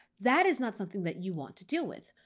that is not something that you want to deal with.